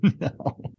No